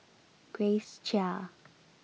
Grace Chia